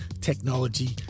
technology